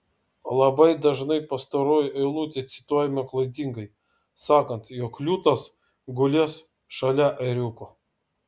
labai dažnai pastaroji eilutė cituojama klaidingai sakant jog liūtas gulės šalia ėriuko